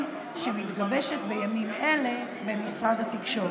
שמתגבשת בימים אלה במשרד התקשורת.